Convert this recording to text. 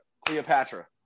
Cleopatra